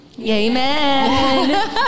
Amen